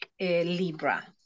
Libra